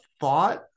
thought